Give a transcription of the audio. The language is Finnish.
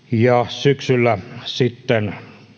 syksyllä sitten